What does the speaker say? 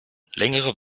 längere